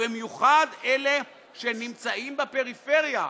ובמיוחד אלה שנמצאים בפריפריה,